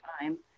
time